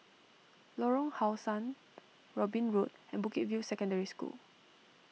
Lorong How Sun Robin Road and Bukit View Secondary School